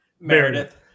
Meredith